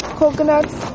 coconuts